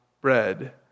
bread